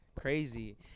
Crazy